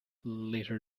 later